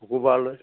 শুক্ৰবাৰলৈ